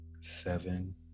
seven